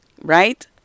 Right